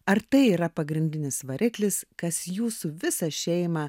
ar tai yra pagrindinis variklis kas jūsų visą šeimą